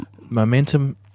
momentum